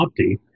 Opti